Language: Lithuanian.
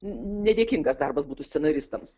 nedėkingas darbas būtų scenaristams